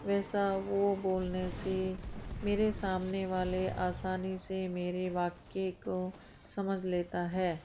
वैसा वो बोलने से मेरे सामने वाले आसानी से मेरे वाक्य को समझ लेता है